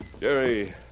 Jerry